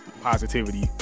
Positivity